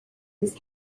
these